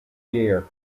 year